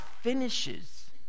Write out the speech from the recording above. finishes